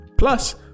Plus